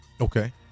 Okay